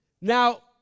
Now